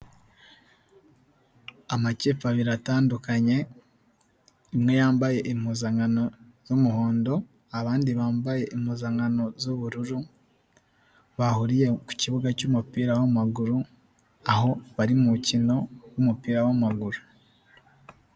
Amakipe abiri atandukanye, imwe yambaye impuzankano z'umuhondo, abandi bambaye impuzankano z'ubururu, bahuriye ku kibuga cy'umupira w'amaguru aho bari mu mukino w'umupira w'amaguru.